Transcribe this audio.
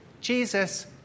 Jesus